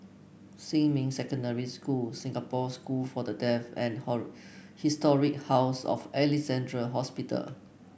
Xinmin Secondary School Singapore School for the Deaf and Historic House of Alexandra Hospital